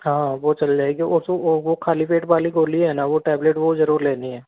हाँ वो चल जाएगी वो खाली पेट वाली गोली है ना वो टेबलेट वो जरूर लेनी है